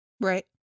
Right